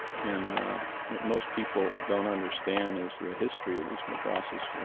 and what most people don't understand is the history of these madrassas.